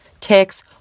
ticks